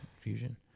Fusion